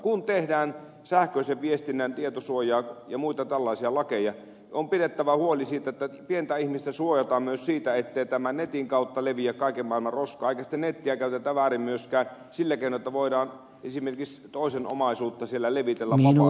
kun tehdään sähköisen viestinnän tietosuoja ja muita tällaisia lakeja on pidettävä huoli siitä että pientä ihmistä suojataan myös siltä ettei netin kautta leviä kaiken maailmaan roskaa eikä nettiä käytetä väärin myöskään sillä keinoin että voidaan esimerkiksi toisen omaisuutta siellä levitellä vapaasti